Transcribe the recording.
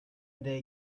day